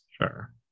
sure